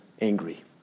angry